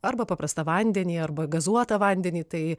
arba paprastą vandenį arba gazuotą vandenį tai